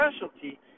specialty